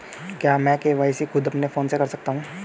क्या मैं के.वाई.सी खुद अपने फोन से कर सकता हूँ?